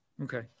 Okay